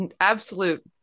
absolute